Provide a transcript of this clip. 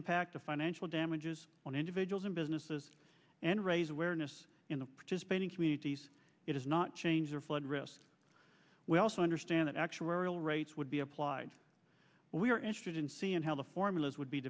impact of financial damages on individuals and businesses and raise awareness in the participating communities it is not change or flood risk we also understand that actuarial rates would be applied when we are interested in seeing how the formulas would be